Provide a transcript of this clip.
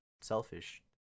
selfish